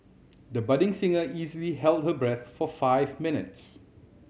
the budding singer easily held her breath for five minutes